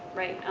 right,